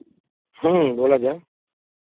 ह्म्म बोला जाए